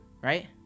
right